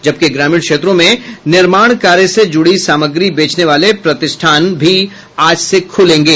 जबकि ग्रामीण क्षेत्रों में निर्माण कार्य से जुड़ी सामग्री बेचने वाले प्रतिष्ठान भी आज से खूलेंगे